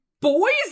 boy's